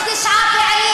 וזה הפשע הקטן.